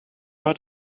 add